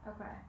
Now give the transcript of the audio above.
Okay